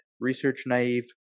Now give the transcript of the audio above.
research-naive